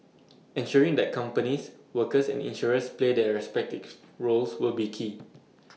ensuring that companies workers and insurers play their respective roles will be key